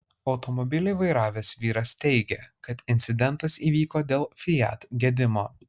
automobilį vairavęs vyras teigė kad incidentas įvyko dėl fiat gedimo